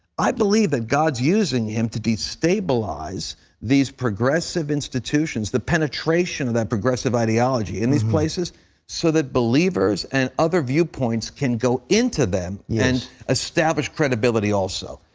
i believe that god is using him to destabilize these progressive institutions, the penetration of that progressive ideology in these places so that believers and other viewpoints can go into them yeah and establish credibility, also.